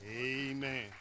amen